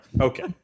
Okay